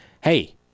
Hey